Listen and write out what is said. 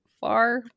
far